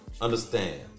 understand